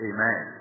Amen